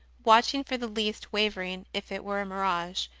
watch ing for the least wavering if it were a mirage,